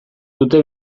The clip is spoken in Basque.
dute